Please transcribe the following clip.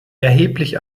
erheblich